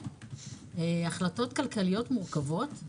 החלטות כלכליות מורכבות,